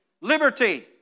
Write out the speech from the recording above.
liberty